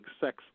sex